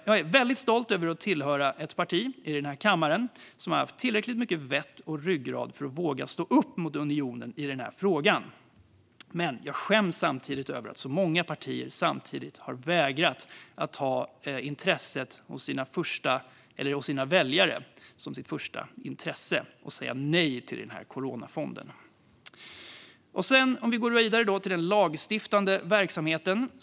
Jag är stolt över att tillhöra ett parti i kammaren som har haft tillräckligt mycket vett och ryggrad för att våga stå upp mot unionen i frågan, men samtidigt skäms jag över att så många partier har vägrat att ha sina väljare som sitt första intresse och säga nej till coronafonden. Låt mig gå vidare till den lagstiftande verksamheten.